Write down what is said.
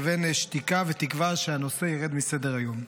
לבין שתיקה ותקווה שהנושא ירד מסדר-היום.